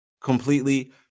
completely